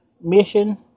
mission